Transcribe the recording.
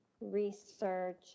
research